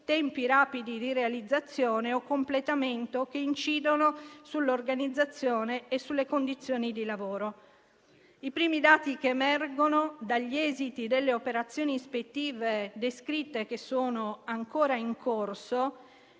tempi rapidi di realizzazione o completamento che incidono sull'organizzazione e sulle condizioni di lavoro. I primi dati che emergono dagli esiti delle operazioni ispettive descritte, che sono ancora in corso,